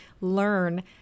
learn